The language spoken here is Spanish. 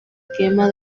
quema